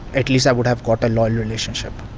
at least i would have got a loyal relationship.